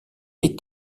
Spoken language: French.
est